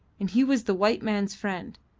and he was the white man's friend.